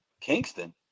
Kingston